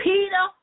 Peter